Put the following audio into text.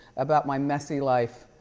about my messy life,